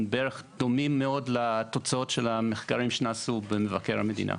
הם דומים לתוצאות המחקרים שנעשו במבקר המדינה.